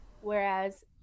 whereas